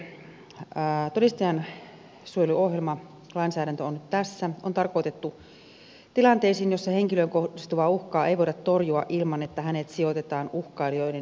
näin ollen todistajansuojeluohjelmalainsäädäntö on tarkoitettu tilanteisiin joissa henkilöön kohdistuvaa uhkaa ei voida torjua ilman että hänet sijoitetaan uhkailijoiden ulottumattomiin